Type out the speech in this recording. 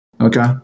Okay